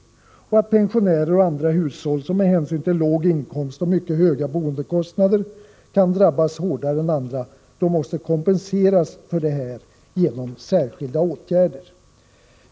Pensionärer och andra hushåll, som med hänsyn till låg inkomst och mycket höga boendekostnader kan drabbas hårdare än andra, måste kompenseras för detta genom särskilda åtgärder.